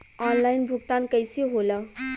Online भुगतान कईसे होला?